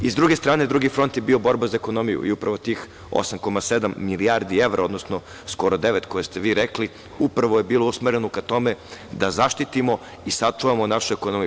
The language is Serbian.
S druge strane, drugi front je bio borba za ekonomiju i upravo tih 8,7 milijardi evra, odnosno skoro devet koje ste vi rekli, upravo je bilo usmereno ka tome da zaštitimo i sačuvamo našu ekonomiju.